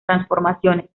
transformaciones